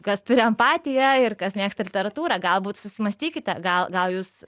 kas turi empatiją ir kas mėgsta literatūrą galbūt susimąstykite gal gal jūs